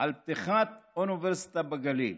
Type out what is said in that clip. על פתיחת אוניברסיטה בגליל.